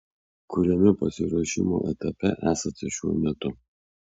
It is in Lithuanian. kuriame pasiruošimo etape esate šiuo metu